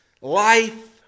life